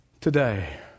today